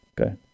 Okay